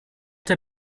der